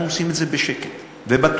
אנחנו עושים את זה בשקט ובטוח.